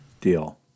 deal